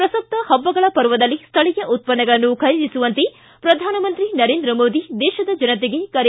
ಪ್ರಸಕ್ತ ಹಬ್ಬಗಳ ಪರ್ವದಲ್ಲಿ ಸ್ಥಳೀಯ ಉತ್ಪನ್ನಗಳನ್ನು ಖರೀದಿಸುವಂತೆ ಪ್ರಧಾನಮಂತ್ರಿ ನರೇಂದ್ರ ಮೋದಿ ದೇಶದ ಜನತೆಗೆ ಕರೆ